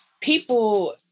people